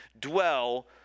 dwell